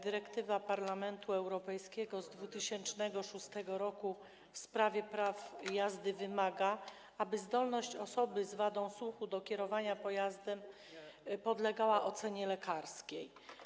Dyrektywa Parlamentu Europejskiego z 2006 r. w sprawie praw jazdy wymaga, aby zdolność osoby z wadą słuchu do kierowania pojazdem podlegała ocenie lekarskiej.